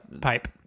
pipe